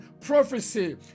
prophecy